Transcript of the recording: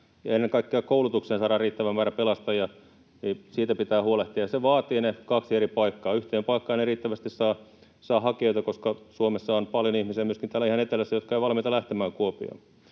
ennen kaikkea koulutukseen saadaan riittävä määrä pelastaja. Siitä pitää huolehtia, ja se vaatii ne kaksi eri paikkaa. Yhteen paikkaan ei riittävästi saa hakijoita, koska Suomessa on paljon ihmisiä myöskin täällä ihan etelässä, jotka eivät ole valmiita lähtemään Kuopioon.